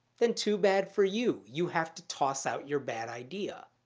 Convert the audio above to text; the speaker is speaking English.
then too bad for you, you have to toss out your bad idea.